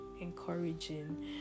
encouraging